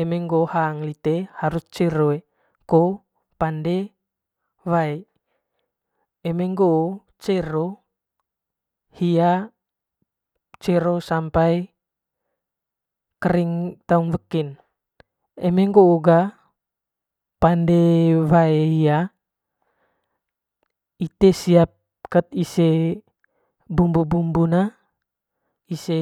eme hang ngon lite harus cero ko pande wae eme ngoo cero hia cero sampai kering taung wekin eme ngoo ga pande wae hia ite siap ket ise bumbu bumbu ne ise.